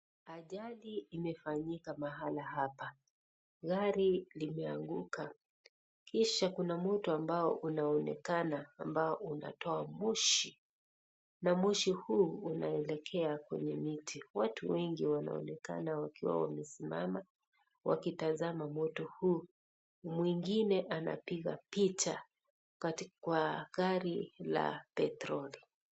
Ajali imefanyika mahali hapa. Gari limeanguka. Kisha kuna moto ambao unaonekana ambao unatoa moshi na moshi huu unaelekea kwenye miti. Watu wengi wanaonekana wakiwa wamesimama wakitazama moto huu. Mwingine anapiga picha kwa gari la petroli.